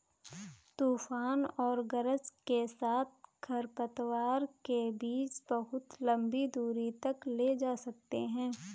तूफान और गरज के साथ खरपतवार के बीज बहुत लंबी दूरी तक ले जा सकते हैं